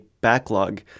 backlog